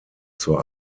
zur